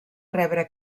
rebre